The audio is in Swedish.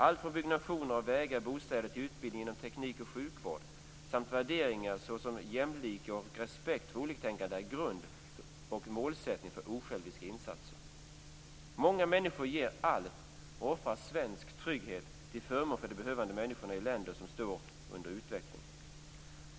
Allt från byggnationer av vägar och bostäder till utbildning inom teknik och sjukvård samt värderingar såsom jämlike och respekt för oliktänkande är grund och målsättning för osjälviska insatser. Många människor ger allt och offrar svensk trygghet till förmån för behövande människor i länder som står under utveckling.